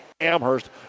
Amherst